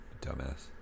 Dumbass